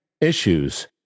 issues